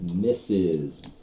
misses